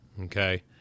Okay